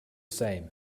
same